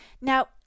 now